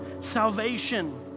salvation